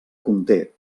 conté